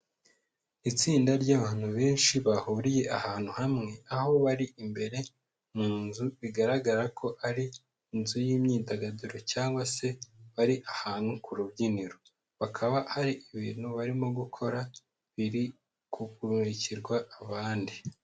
Itsinda ry'abantu benshi bahuriye ahantu hamwe, aho bari imbere mu nzu bigaragara ko ari inzu y'imyidagaduro cyangwa se bari ahantu ku rubyiniro, bakaba hari ibintu barimo gukora biri kumurikirwa abandi.